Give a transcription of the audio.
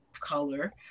color